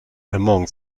among